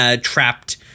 trapped